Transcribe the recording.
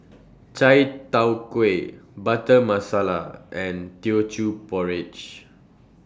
Chai Tow Kway Butter Masala and Teochew Porridge